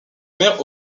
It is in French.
mère